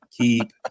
Keep